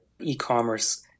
e-commerce